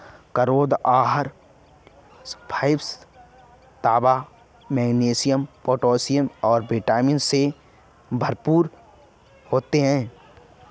करौंदा आहार फाइबर, तांबा, मैंगनीज, पोटेशियम और विटामिन सी से भरपूर होते हैं